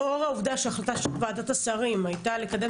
לאור העובדה שהחלטה של ועדת השרים הייתה לקדם